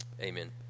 Amen